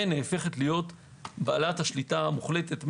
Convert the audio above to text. והופכת להיות בעלת השליטה המוחלטת,